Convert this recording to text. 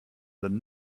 than